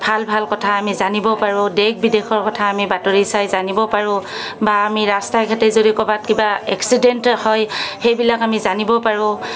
ভাল ভাল কথা আমি জানিব পাৰো দেশ বিদেশৰ কথা আমি বাতৰি চাই জানিব পাৰোঁ বা আমি ৰাস্তাই ঘাটে যদি ক'ৰবাত কিবা এক্সিডেণ্ট হয় সেইবিলাক আমি জানিব পাৰোঁ